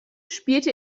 spielte